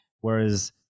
Whereas